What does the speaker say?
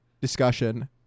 discussion